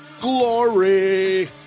glory